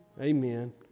Amen